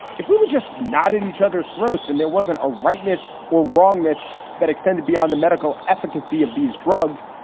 if we were just not at each other's throats and there wasn't a rightness or wrongness that extended beyond the medical efficacy of these drugs,